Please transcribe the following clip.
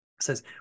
says